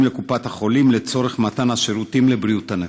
לקופות-החולים לצורך מתן השירותים לבריאות הנפש?